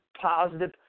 positive